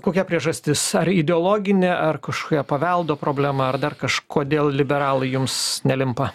kokia priežastis ar ideologinė ar kažkokia paveldo problema ar dar kažkodėl liberalai jums nelimpa